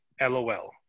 LOL